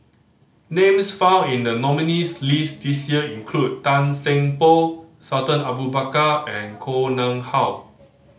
names found in the nominees' list this year include Tan Seng Poh Sultan Abu Bakar and Koh Nguang How